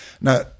Now